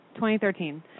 2013